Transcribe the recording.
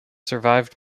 survived